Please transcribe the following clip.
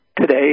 today